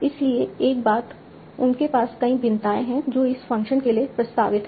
इसलिए 1 बात उनके पास कई भिन्नताएं हैं जो इस फ़ंक्शन के लिए प्रस्तावित हैं